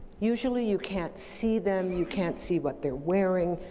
usually you can't see them, you can't see what they're wearing,